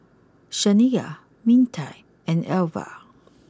Shaniya Mintie and Alva